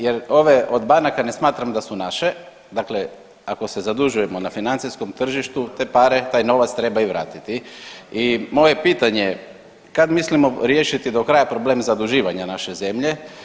Jer ove od banaka ne smatram da su naše, dakle, ako se zadužujemo na financijskom tržištu, te pare, taj novac treba i vratiti i moje pitanje je kad mislimo riješiti do kraja problem zaduživanja naše zemlje?